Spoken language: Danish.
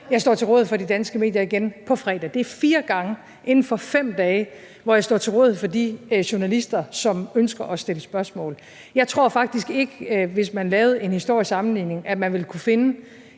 jeg står til rådighed for de danske medier igen på fredag. Det er fire gange inden for 5 dage, hvor jeg står til rådighed for de journalister, som ønsker at stille spørgsmål. Jeg tror faktisk ikke, hvis man lavede en historisk sammenligning, at man ville kunne finde